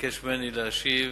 ביקש ממני להשיב